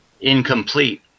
incomplete